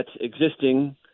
existing